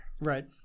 Right